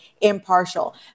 impartial